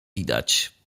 widać